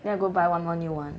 then I go buy one more new one